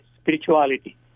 spirituality